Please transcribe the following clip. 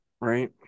Right